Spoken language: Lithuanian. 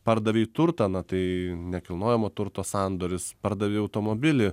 pardavei turtą na tai nekilnojamo turto sandoris pardavei automobilį